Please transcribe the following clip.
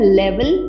level